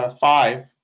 five